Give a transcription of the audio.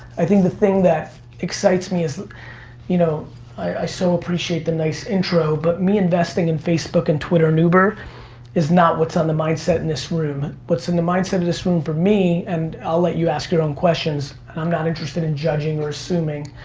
i think the thing that excites me, you know i so appreciate the nice intro, but me investing in facebook and twitter and uber is not what's on the mindset in this room. what's on the mindset of this room, for me, and i'll let you ask your own questions, and i'm not interesting in judging or assuming,